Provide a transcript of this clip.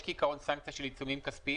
יש בעיקרון סנקציה של עיצומים כספיים,